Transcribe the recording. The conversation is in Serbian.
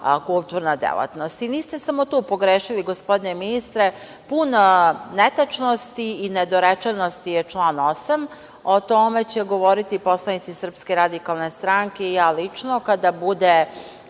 kulturna delatnost. Niste samo tu pogrešili, gospodine ministre. Pun netačnosti i nedorečenosti je član 8, a o tome će govoriti poslanici SRS i ja lično, kada bude